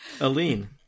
Aline